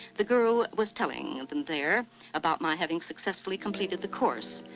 the guru was telling them there about my having successfully completed the course,